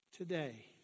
Today